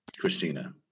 Christina